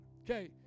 Okay